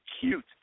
cute